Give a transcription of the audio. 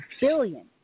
billion